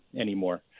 anymore